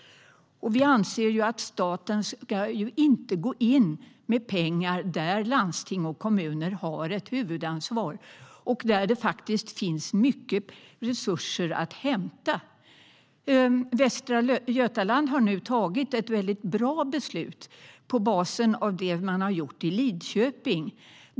Vi anser att staten inte ska gå in med pengar där landsting och kommuner har huvudansvaret och där det finns mycket resurser att hämta. Västra Götaland har tagit ett bra beslut på basis av det man har gjort i Lidköping.